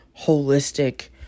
holistic